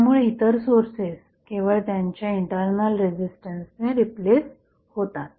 त्यामुळे इतर सोर्सेस केवळ त्यांच्या इंटरनल रेझिस्टन्सने रिप्लेस होतात